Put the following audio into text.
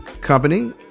Company